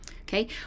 okay